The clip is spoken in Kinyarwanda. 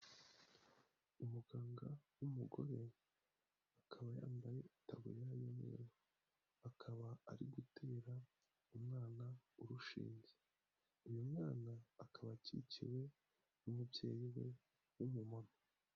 Umuganga w'umugore akaba yambaye itaburiya y'umweru, akaba ari gutera umwana urushinze, uyu mwana akaba akikiwe n'umubyeyi we w'umumama.